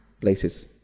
places